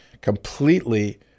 completely